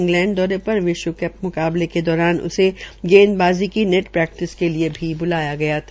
England दौरे पर विश्व कप मुकाबले के दौरान उसे गेदबाज़ी की नेट प्रैकटिस के लिये भी ब्लाया गया था